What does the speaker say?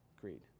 greed